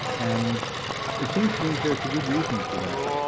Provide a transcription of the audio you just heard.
and it seems to me there is a good reason for that.